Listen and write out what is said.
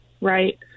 right